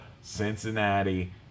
Cincinnati